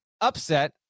upset